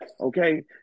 Okay